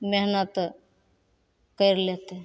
मेहनति करि लेतै